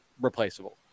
replaceable